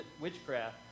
witchcraft